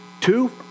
Two